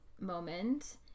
moment